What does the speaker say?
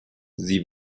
sie